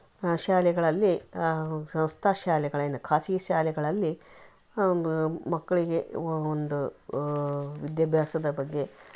ಆ ಶಾಲೆಗಳಲ್ಲಿ ಸಂಸ್ಥ ಶಾಲೆಗಳೆನ್ನ ಖಾಸಗಿ ಶಾಲೆಗಳಲ್ಲಿ ಮಕ್ಕಳಿಗೆ ಒಂದು ವಿದ್ಯಾಭ್ಯಾಸದ ಬಗ್ಗೆ